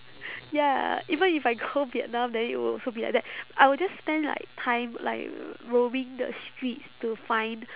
ya even if I go vietnam then it will also be like that I will just spend like time like roaming the streets to find